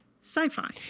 sci-fi